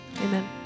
Amen